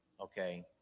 okay